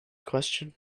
question